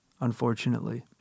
unfortunately